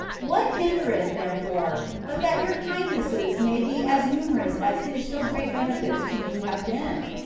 what hindereth therefore, but that your kindnesses may be as numerous as his so great benefits to you have been?